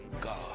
God